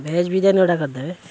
veg biryani ଗୋଟେ କରିଦେବେ